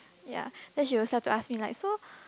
ya then she will start to ask me like so